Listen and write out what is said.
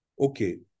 Okay